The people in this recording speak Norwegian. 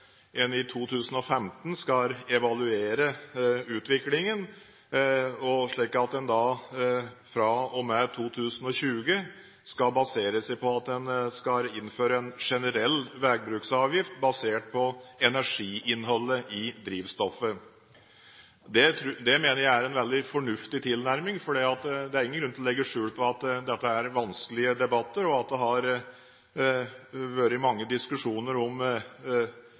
en i 2015 skal evaluere utviklingen, slik at en fra og med 2020 skal basere seg på å innføre en generell vegbruksavgift basert på energiinnholdet i drivstoffet. Det mener jeg er en veldig fornuftig tilnærming, for det er ingen grunn til å legge skjul på at dette er vanskelige debatter, og at det har vært mange diskusjoner om